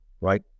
right